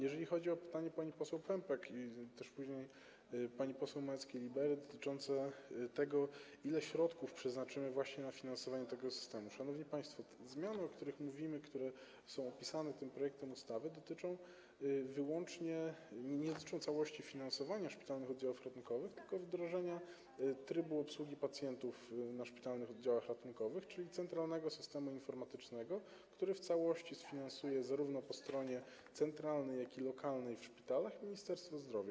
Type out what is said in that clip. Jeżeli chodzi o pytanie pani poseł Pępek i późniejsze pani poseł Małeckiej-Libery dotyczące tego, ile środków przeznaczymy na finansowanie tego systemu, to, szanowni państwo, zmiany, o których mówimy, które są opisane w tym projekcie ustawy, nie dotyczą całości finansowania szpitalnych oddziałów ratunkowych, tylko wdrożenia trybu obsługi pacjentów na szpitalnych oddziałach ratunkowych, czyli centralnego systemu informatycznego, a to w całości sfinansuje zarówno po stronie centralnej, jak i lokalnej w szpitalach Ministerstwo Zdrowia.